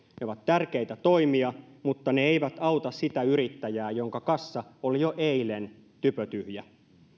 ne ovat tärkeitä toimia mutta ne eivät auta sitä yrittäjää jonka kassa oli jo eilen typötyhjä